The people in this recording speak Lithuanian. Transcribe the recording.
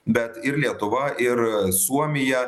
bet ir lietuva ir suomija